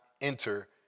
enter